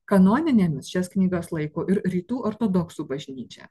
kanoninėmis šias knygas laiko ir rytų ortodoksų bažnyčia